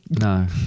No